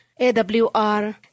AWR